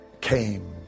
came